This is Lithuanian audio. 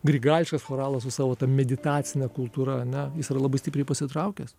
grigališkas choralas su savo meditacine kultūra ane jis yra labai stipriai pasitraukęs